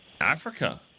Africa